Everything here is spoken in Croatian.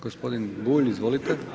Gospodin Bulj, izvolite.